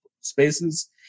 spaces